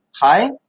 hi